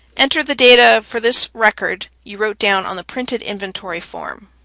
enter the data for this record you wrote down on the printed inventory form.